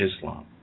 Islam